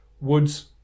woods